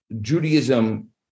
Judaism